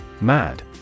Mad